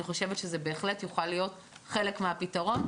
אני חושבת שזה בהחלט יוכל להיות חלק מהפתרון.